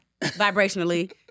vibrationally